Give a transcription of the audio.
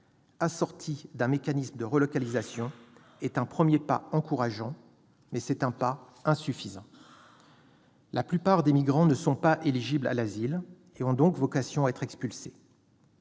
assorti d'un mécanisme de relocalisation, est un premier pas encourageant, mais insuffisant. La plupart des migrants ne sont pas éligibles à l'asile et ont donc vocation à être expulsés.